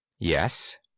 Yes